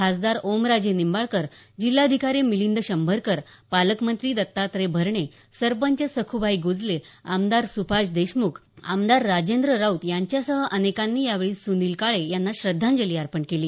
खासदार ओमराजे निंबाळकर जिल्हाधिकारी मिलिंद शंभरकर पालकमंत्री दत्तात्रय भरणे सरपंच सख्रबाई गुजले आमदार सुभाष देशमुख आमदार राजेंद्र राऊत यांच्या सह अनेकांनी यावेळी सुनील काळे यांना श्रद्धांजली अर्पण केली